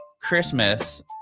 Christmas